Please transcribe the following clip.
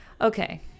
Okay